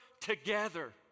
together